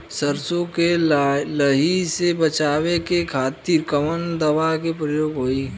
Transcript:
सरसो के लही से बचावे के खातिर कवन दवा के प्रयोग होई?